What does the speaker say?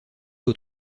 aux